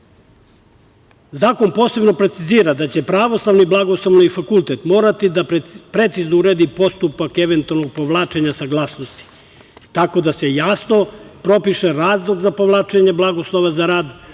Zakon posebno precizira da će Pravoslavni bogoslovski fakultet morati da precizno uredi postupak eventualnog povlačenja saglasnosti, tako da se jasno propiše razlog za povlačenje blagoslova za rad,